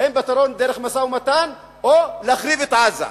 האם פתרון דרך משא-ומתן, או להחריב את עזה?